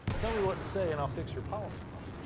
tell me what to say and i'll fix your policy. but